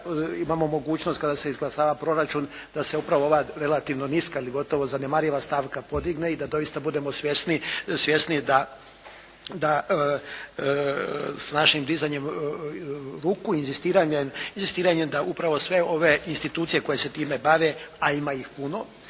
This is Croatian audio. imamo mogućnost kada se izglasava proračun da se upravo ova relativno niska ili gotovo zanemariva stavka podigne i da doista budemo svjesni da s našim dizanjem ruku, inzistiranjem da upravo sve ove institucije koje se time bave a ima ih puno,